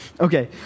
Okay